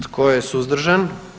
Tko je suzdržan?